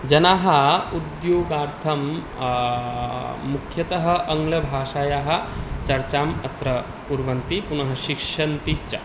जनाः उद्योगार्थं मुख्यतः आङ्ग्लभाषायाः चर्चाम् अत्र कुर्वन्ति पुनः शिक्षन्ति च